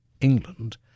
England